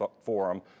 forum